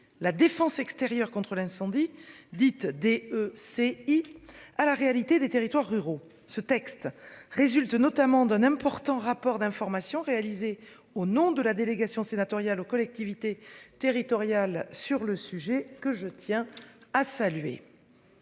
la défense extérieure contre l'incendie dites des. À la réalité des territoires ruraux. Ce texte résulte notamment d'un important rapport d'information réalisée au nom de la délégation sénatoriale aux collectivités territoriales sur le sujet que je tiens à saluer.